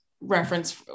reference